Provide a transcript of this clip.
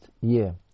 year